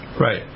Right